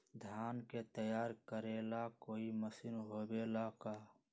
धान के तैयार करेला कोई मशीन होबेला का?